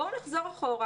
בואו נחזור אחורה.